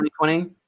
2020